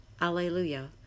Alleluia